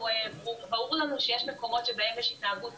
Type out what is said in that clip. וברור לנו שיש מקומות שבהם יש התנהגות